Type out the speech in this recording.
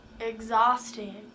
exhausting